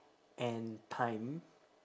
and time